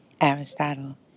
Aristotle